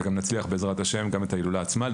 ונצליח בעזרת השם גם את ההילולה עצמה.